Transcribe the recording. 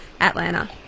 Atlanta